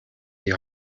die